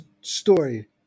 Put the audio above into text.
story